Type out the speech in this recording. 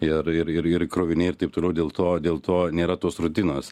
ir ir ir ir kroviniai ir taip toliau dėl to dėl to nėra tos rutinos